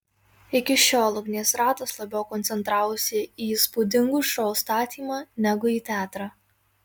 iki šiol ugnies ratas labiau koncentravosi į įspūdingų šou statymą negu į teatrą